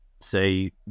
say